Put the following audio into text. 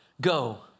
go